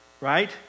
right